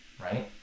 right